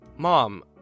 Mom